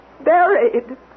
Buried